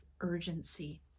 urgency